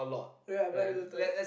ya very little